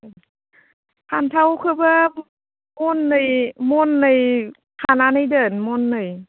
फान्थावखौबो महननै महननै खानानै दोन महननै